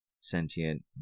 sentient